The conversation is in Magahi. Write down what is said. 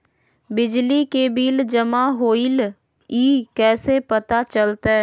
बिजली के बिल जमा होईल ई कैसे पता चलतै?